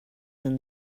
than